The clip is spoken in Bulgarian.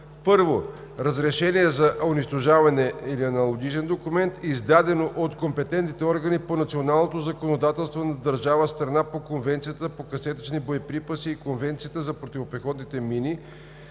1. разрешение за унищожаване или аналогичен документ, издадено от компетентните органи по националното законодателство на държава – страна по Конвенцията по касетъчните боеприпаси и Конвенцията за противопехотните мини,